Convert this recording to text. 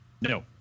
No